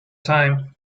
time